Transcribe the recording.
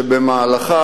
שבמהלכה,